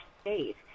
state